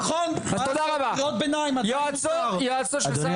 נכון -- תודה רבה, יועצו של שר החינוך ירון גנץ.